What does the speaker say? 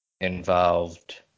involved